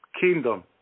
kingdom